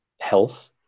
health